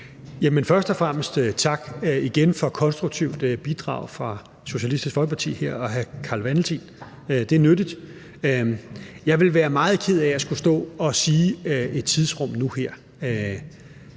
først og fremmest igen tak for et konstruktivt bidrag fra Socialistisk Folkeparti og hr. Carl Valentin her. Det er nyttigt. Jeg ville være meget ked af at skulle stå og komme med et tidsrum nu her.